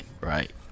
right